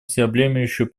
всеобъемлющую